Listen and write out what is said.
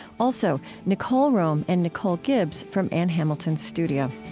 also, nicole rome and nicole gibbs from ann hamilton's studio